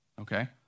okay